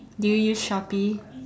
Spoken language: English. do you use Shopee